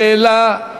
שאלה,